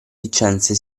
licenze